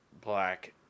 black